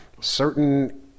certain